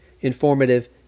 informative